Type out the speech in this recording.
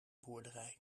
boerderij